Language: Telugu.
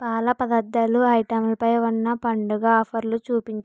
పాల పదార్ధాలు ఐటెంలపై ఉన్న పండుగ ఆఫర్లు చూపించు